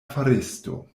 faristo